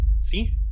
see